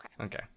okay